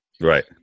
Right